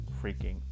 freaking